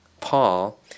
Paul